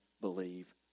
believe